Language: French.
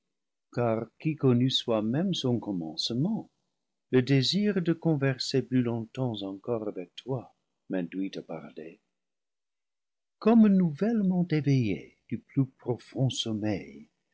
car qui connut soi-même son commencement le désir de converser plus longtemps encore avec toi m'induit à parler comme nouvellement éveillé du plus profond sommeil